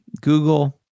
Google